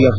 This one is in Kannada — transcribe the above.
ಎಫ್